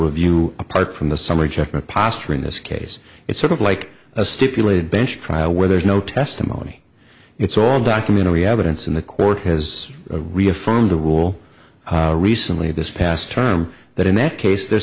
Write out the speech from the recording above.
review apart from the summary judgment posture in this case it's sort of like a stipulated bench trial where there's no testimony it's all documentary evidence in the court has reaffirmed the rule recently this past term that in that case there's